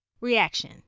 Reaction